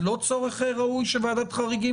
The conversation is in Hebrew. זה לא צורך ראוי של וועדת חריגים?